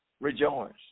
rejoice